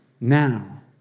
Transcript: now